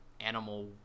animal